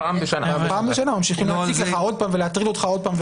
פעם בשנה ממשיכים להציק לך עוד פעם ולהטריד אותך עוד פעם ועוד פעם.